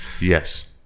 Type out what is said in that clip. Yes